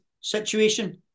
situation